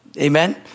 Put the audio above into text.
Amen